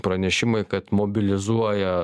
pranešimai kad mobilizuoja